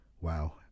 Wow